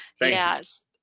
Yes